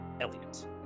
Elliot